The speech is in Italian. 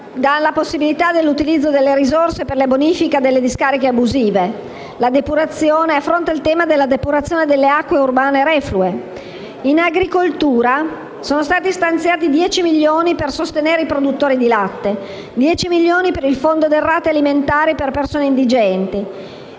dà la possibilità dell'utilizzo delle risorse per la bonifica delle discariche abusive e si affronta il tema della depurazione delle acque urbane reflue. In agricoltura, sono stati stanziati dieci milioni per sostenere i produttori di latte e dieci milioni per il fondo derrate alimentari per persone indigenti,